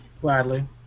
Gladly